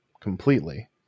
completely